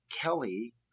Kelly